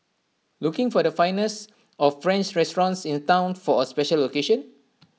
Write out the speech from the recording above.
looking for the finest of French restaurants in Town for A special occasion